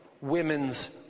women's